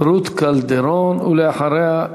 רות קלדרון, ואחריה,